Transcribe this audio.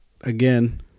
again